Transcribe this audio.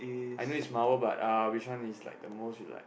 I know is Marvel but uh which one is the most you like